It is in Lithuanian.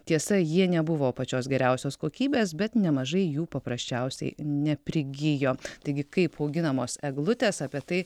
tiesa jie nebuvo pačios geriausios kokybės bet nemažai jų paprasčiausiai neprigijo taigi kaip auginamos eglutės apie tai